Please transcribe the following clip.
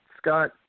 Scott